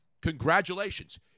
congratulations